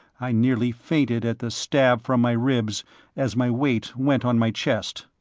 i nearly fainted at the stab from my ribs as my weight went on my chest.